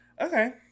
Okay